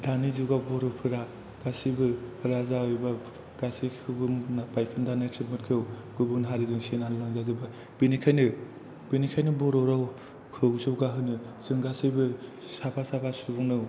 दानि जुगाव बर'फोरा गासिबो राजा एबा गासैखौबो बायखोन्दा नेरसोनफोरखौ गुबुन हारिजों सेनानै लाजाजोबबाय बेनिखायनो बेनिखायनो बर' रावखौ जौगाहोनो जों गासैबो साफा साफा सुबुंनाव